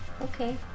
Okay